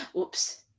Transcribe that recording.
Oops